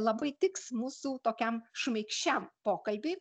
labai tiks mūsų tokiam šmaikščiam pokalbiui